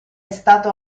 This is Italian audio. stato